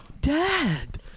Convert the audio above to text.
Dad